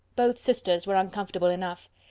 both sisters were uncomfortable enough.